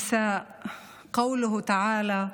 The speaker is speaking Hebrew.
אני קוראת מפרק אלניסאא'